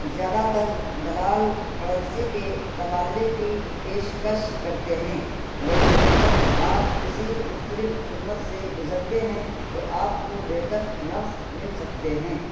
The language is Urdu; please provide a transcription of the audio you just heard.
زیادہ تر دلال کرنسی کے تبادلے کی پیشکش کرتے ہیں لیکن اگر آپ کسی مختلف خدمت سے گزرتے ہیں تو آپ کو بہتر نرخ مل سکتے ہیں